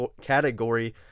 category